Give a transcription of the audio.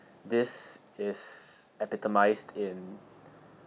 this is epitomised in